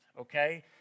okay